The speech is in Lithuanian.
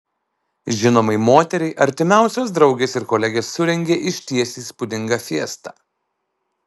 žinomai moteriai artimiausios draugės ir kolegės surengė išties įspūdingą fiestą